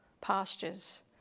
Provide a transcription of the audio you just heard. pastures